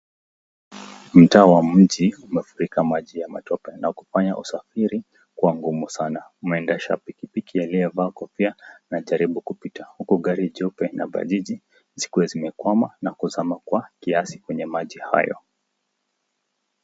Mtaa wa mji ,umefurika maji ya matope na kufanya usafiri kuwa ngumu sana .Muendesha pikipiki aliye vaa kofia najaribu kupita, huku gari jeupe na Bajaji , zikuwe zimekwama na kuzama Kiasi kwenye maji hayo.